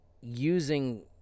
using